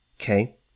Okay